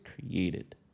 created